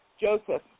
Joseph